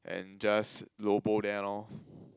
and just lobo there lor